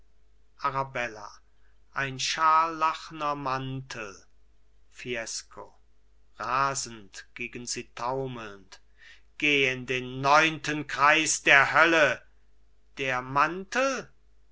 arabella ein scharlachner mantel fiesco rasend gegen sie taumelnd geh in den neunten kreis der hölle der mantel